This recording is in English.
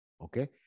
Okay